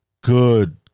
good